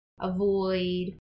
avoid